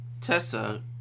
Tessa